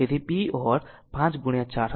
તેથી p or 5 4